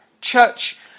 church